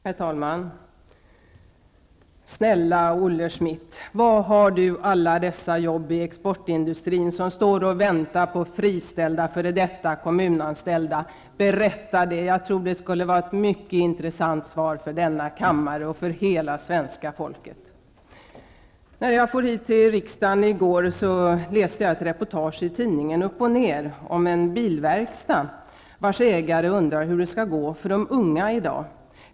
Herr talman! Snälla Olle Schmidt, var finns alla dessa jobb inom exportindustrin som står och väntar på alla dessa f.d. kommunanställda? Berätta det! Jag tror det skulle vara mycket intressant för denna kammare och för hela svenska folket att höra det. När jag for hit till riksdagen i går läste jag ett reportage i tidningen UPP & NER om en bilverkstad vars ägare undrar hur det skall gå för de unga i dag.